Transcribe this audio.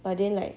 but then like